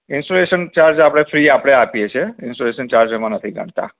installation charge આપળે છીએ એ આપળે આપીએ છીએ ઈન્સ્ટોલેશન ચાર્જ એમાં નથી ગણતાં